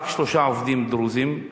ורק שלושה עובדים דרוזים.